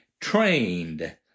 trained